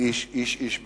איש-איש בגזרתו.